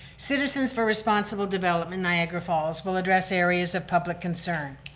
citizens for responsible development, niagara falls will address areas ah public concern.